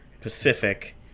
Pacific